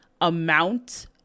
amount